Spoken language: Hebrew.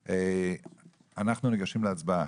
אנחנו ניגשים להצבעה.